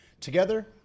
Together